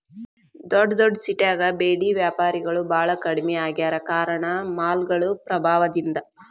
ದೊಡ್ಡದೊಡ್ಡ ಸಿಟ್ಯಾಗ ಬೇಡಿ ವ್ಯಾಪಾರಿಗಳು ಬಾಳ ಕಡ್ಮಿ ಆಗ್ಯಾರ ಕಾರಣ ಮಾಲ್ಗಳು ಪ್ರಭಾವದಿಂದ